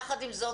יחד עם זאת,